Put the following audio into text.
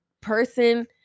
person